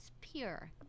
pure